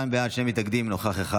22 בעד, שני מתנגדים, נוכח אחד.